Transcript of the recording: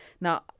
Now